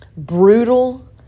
brutal